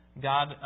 God